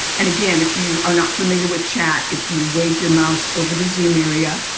and again, if you are not familiar with chat, if you wave your mouse over the zoom area,